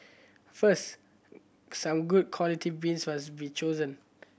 first some good quality beans must be chosen